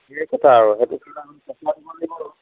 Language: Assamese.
ঠিকে কথা আৰু সেইটো